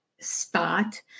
spot